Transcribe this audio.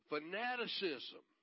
Fanaticism